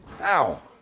Ow